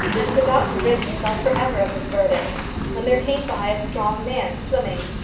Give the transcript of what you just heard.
and was about to rid himself for ever of his burden when there came by a strong man swimming.